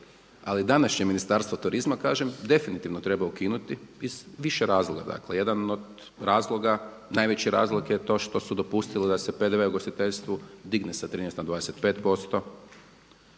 Ali današnje Ministarstvo turizma kažem definitivno treba ukinuti iz više razloga. Jedan od razloga, najveći razlog je to što su dopustili da se PDV u ugostiteljstvu digne s 13 na 25